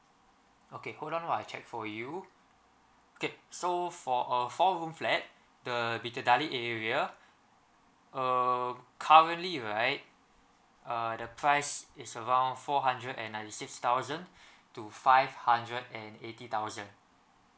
okay hold on while I check for you okay so for a four room flat the bidadari area err currently right uh the price is around four hundred and ninety six thousand to five hundred and eighty thousand